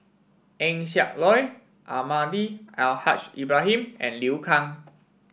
Eng Siak Loy Almahdi Al Haj Ibrahim and Liu Kang